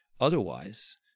Otherwise